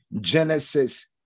Genesis